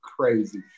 crazy